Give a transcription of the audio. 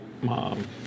mom